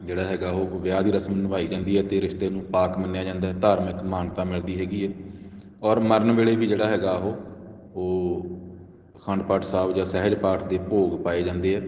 ਜਿਹੜਾ ਹੈਗਾ ਉਹ ਵਿਆਹ ਦੀ ਰਸਮ ਨਿਭਾਈ ਜਾਂਦੀ ਹੈ ਅਤੇ ਰਿਸ਼ਤੇ ਨੂੰ ਪਾਕ ਮੰਨਿਆ ਜਾਂਦਾ ਧਾਰਮਿਕ ਮਾਨਤਾ ਮਿਲਦੀ ਹੈਗੀ ਹੈ ਔਰ ਮਰਨ ਵੇਲੇ ਵੀ ਜਿਹੜਾ ਹੈਗਾ ਉਹ ਉਹ ਅਖੰਡ ਪਾਠ ਸਾਹਿਬ ਜਾਂ ਸਹਿਜ ਪਾਠ ਦੇ ਭੋਗ ਪਾਏ ਜਾਂਦੇ ਆ